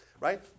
Right